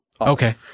Okay